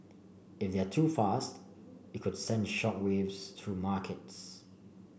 if they're too fast it could send shock waves through markets